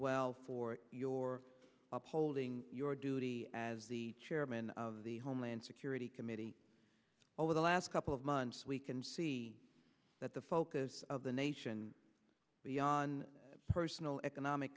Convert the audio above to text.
well for your upholding your duty as the chairman of the homeland security committee over the last couple of months we can see that the focus of the nation beyond personal economic